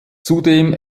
zudem